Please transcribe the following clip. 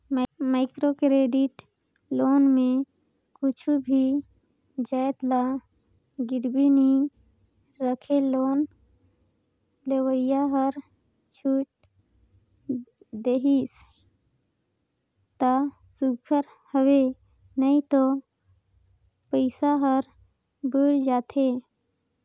micro credit loan में कुछु भी जाएत ल गिरवी नी राखय लोन लेवइया हर छूट देहिस ता सुग्घर हवे नई तो पइसा हर बुइड़ जाथे